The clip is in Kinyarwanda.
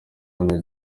ihamye